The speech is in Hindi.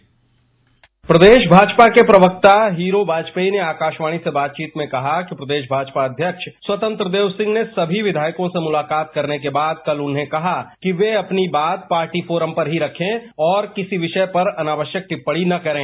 डिस्पैच प्रदेश भाजपा के प्रवक्ता हीरो बाजपेई ने आकाशवाणी से बातचीत में कहा कि प्रदेश भाजपा अध्यक्ष स्वतंत्र देव सिंह ने सभी विधायकों से मुलाकात करने के बाद कल उन्होंने कहा कि अपनी बात पार्टी फोरम पर ही रखें और किसी विषय पर अनावश्यक टिप्पणी न रखें